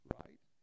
right